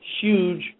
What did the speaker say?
huge